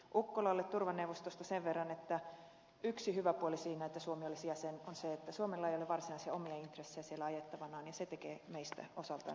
ukkolalle turvaneuvostosta sen verran että yksi hyvä puoli siinä että suomi olisi jäsen on se että suomella ei ole varsinaisia omia intressejä siellä ajettavanaan ja se tekee meistä osaltaan hyvän jäsenen